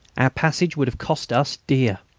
our passage would have cost us dear.